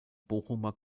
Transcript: bochumer